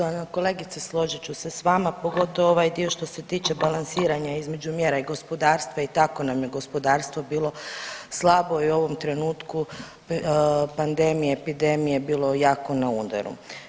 Poštovana kolegice složit ću se s vama pogotovo ovaj dio što se tiče balansiranja između mjera i gospodarstva i tako nam je gospodarstvo bilo slabo i u ovom trenutku pandemije, epidemije bilo jako na udaru.